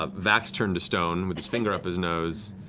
ah vax turned to stone with his finger up his nose,